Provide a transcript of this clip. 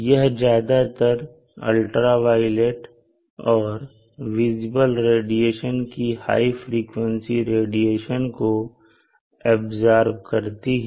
यह ज्यादातर अल्ट्रावायलेट और विजिबल रेडिएशन की हाई फ्रिकवेंसी रेडिएशन को ऐब्सॉर्ब करती है